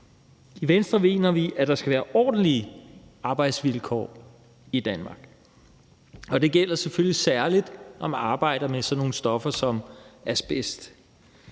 I Venstre mener vi, at der skal være ordentlige arbejdsvilkår i Danmark. Det gælder selvfølgelig særlig, når man arbejder med sådan nogle stoffer som asbest.